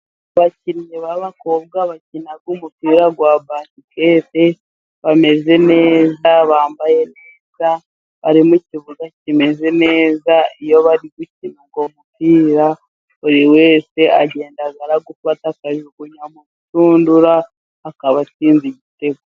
Abakinnyi b'abakobwa bakina umupira wa basiketi, bameze neza bambaye neza, barimo kibuga kimeze neza ,iyo bari gukina uwo mupira buri wese agenda arawufata ,akajugunya mu nshundura akaba atsinze igitego.